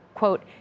Quote